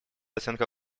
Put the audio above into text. оценка